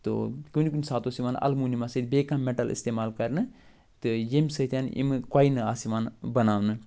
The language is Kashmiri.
تو کُنہِ کُنہِ ساتہٕ اوس یِوان الموٗنِیمَس سۭتۍ بیٚیہِ کانٛہہ مٮ۪ٹل استعمال کرنہٕ تہٕ ییٚمہِ سۭتۍ یِمہِ کۄینہٕ آس یِوان بناونہٕ